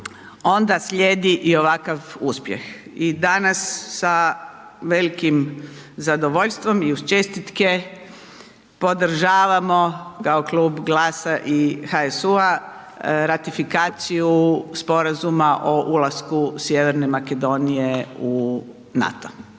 onda slijedi i ovakav uspjeh. I danas sa velikim zadovoljstvom i uz čestitke, podržavamo kao Klub GLAS-a i HSU-a ratifikaciju sporazuma o ulasku Sjeverne Makedonije u NATO.